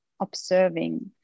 observing